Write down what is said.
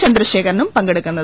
ചന്ദ്രശേഖരനും പങ്കെടുക്കുന്നത്